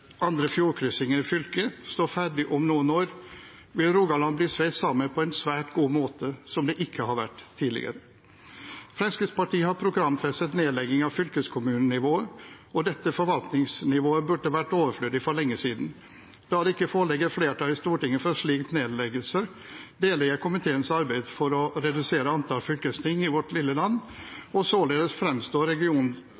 andre fjordkrysninger i fylket står ferdig om noen år, vil Rogaland bli sveiset sammen på en svært god måte, som det ikke har vært tidligere. Fremskrittspartiet har programfestet nedlegging av fylkeskommunenivået, og dette forvaltningsnivået burde ha vært overflødig for lenge siden. Da det ikke foreligger flertall i Stortinget for en slik nedleggelse, deler jeg komiteens arbeid for å redusere antall fylkesting i vårt lille